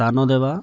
ସ୍ଥାନ ଦେବା